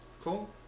Cool